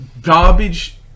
garbage